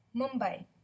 Mumbai